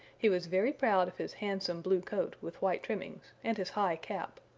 he was very proud of his handsome blue coat with white trimmings and his high cap,